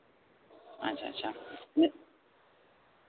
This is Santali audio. ᱟᱪᱪᱷᱟᱼᱟᱪᱪᱷᱟ